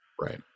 Right